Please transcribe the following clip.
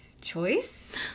Choice